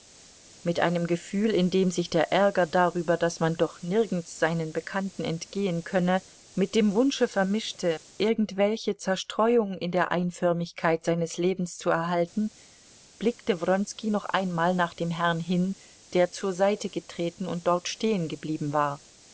mit einem gefühl in dem sich der ärger darüber daß man doch nirgends seinen bekannten entgehen könne mit dem wunsche vermischte irgendwelche zerstreuung in der einförmigkeit seines lebens zu erhalten blickte wronski noch einmal nach dem herrn hin der zur seite getreten und dort stehengeblieben war